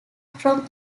from